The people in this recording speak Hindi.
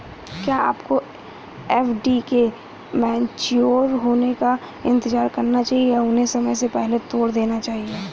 क्या आपको एफ.डी के मैच्योर होने का इंतज़ार करना चाहिए या उन्हें समय से पहले तोड़ देना चाहिए?